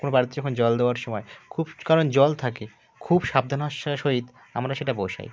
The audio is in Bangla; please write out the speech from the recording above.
কোনো বাড়িতে যখন জল দেওয়ার সময় খুব কারণ জল থাকে খুব সাবধানের সহিত আমরা সেটা বসাই